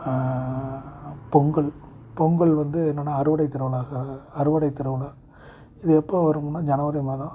பொங்கல் பொங்கல் வந்து என்னென்னா அறுவடை திருவிழாக்காக அறுவடை திருவிழா இது எப்போ வரும்னா ஜனவரி மாதம்